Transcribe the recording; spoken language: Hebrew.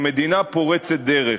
היא מדינה פורצת דרך,